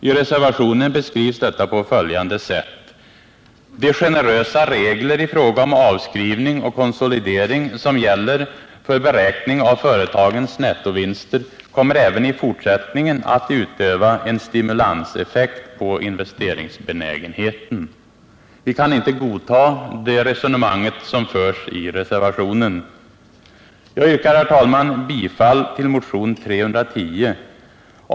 I reservationen beskrivs detta på följande sätt: ”De generösa regler i fråga om avskrivning och konsolidering som gäller för beräkning av företagens nettovinster kommer även i fortsättningen att utöva en stimulanseffekt på investeringsbenägenheten.” Vi kan inte godta det resonemang som förs i reservationen. Jag yrkar bifall till motion 310.